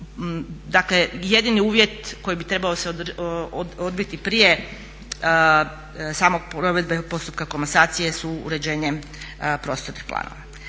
dakle jedini uvjet koji bi se trebao odbiti prije same provedbe postupka komasacije su uređenje prostornih planova.